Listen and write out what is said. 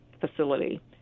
facility